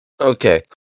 Okay